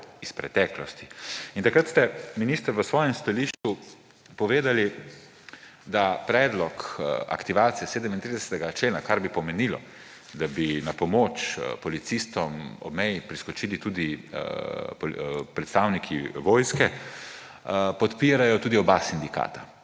iz preteklosti. Takrat ste, minister, v svojem stališču povedali, da predlog aktivacije 37.a člena, kar bi pomenilo, da bi na pomoč policistom ob meji priskočili tudi predstavniki vojske, podpirata tudi oba sindikata.